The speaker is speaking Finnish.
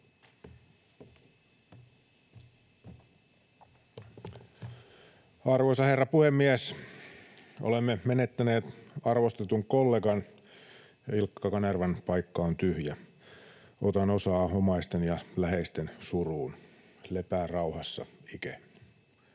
Arvoisa herra puhemies! Olemme menettäneet arvostetun kollegan. Ilkka Kanervan paikka on tyhjä. Otan osaa omaisten ja läheisten suruun. Lepää rauhassa, Ike.